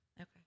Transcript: Okay